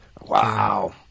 Wow